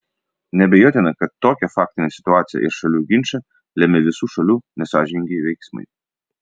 neabejotina kad tokią faktinę situaciją ir šalių ginčą lėmė visų šalių nesąžiningi veiksmai